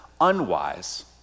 unwise